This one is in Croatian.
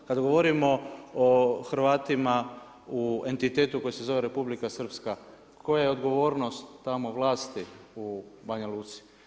Kad govorimo o Hrvatima u entitetu koji se republika Srpska, koja je odgovornost tamo vlasti u Banja Luci.